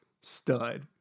stud